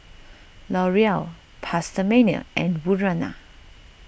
L'Oreal PastaMania and Urana